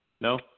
No